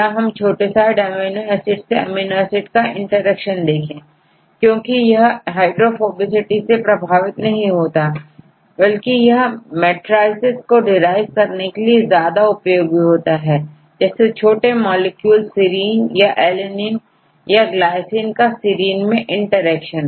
या हम छोटे साइज अमीनो एसिड से अमीनो एसिड का इंटरेक्शन देखें क्योंकि यह हाइड्रोफोबिसिटी से प्रभावित नहीं होता बल्कि यह matricesको derive करने के लिए ज्यादा उपयोगी होते हैं जैसे छोटे मॉलिक्यूलserine काalanine याglycine काserine से इंटरेक्शन